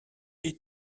est